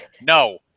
No